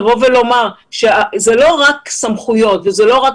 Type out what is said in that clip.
לבוא ולומר שאלה לא רק סמכויות וזאת לא רק